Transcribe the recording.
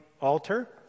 altar